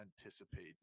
anticipate